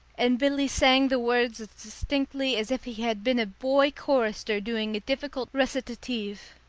and billy sang the words as distinctly as if he had been a boy chorister doing a difficult recitative.